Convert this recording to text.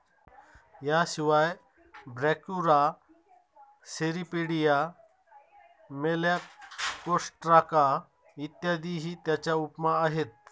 याशिवाय Brachyura, Cirripedia, Malacostraca इत्यादीही त्याच्या उपमा आहेत